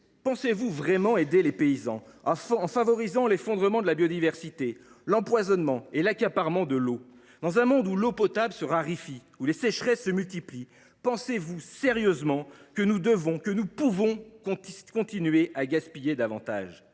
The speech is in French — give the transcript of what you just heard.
pensez vous vraiment aider les paysans en favorisant l’effondrement de la biodiversité, l’empoisonnement et l’accaparement de l’eau ? Dans un monde où l’eau potable se raréfie, où les sécheresses se multiplient, considérez vous sérieusement que nous devons, que nous pouvons, continuer à la gaspiller davantage ?